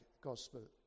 Gospel